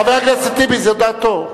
חבר הכנסת טיבי, זו דעתו.